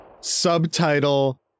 subtitle